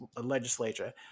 legislature